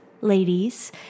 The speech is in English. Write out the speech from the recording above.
ladies